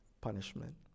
punishment